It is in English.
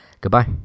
Goodbye